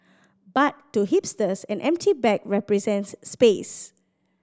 but to hipsters an empty bag represents space